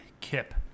Kip